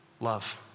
love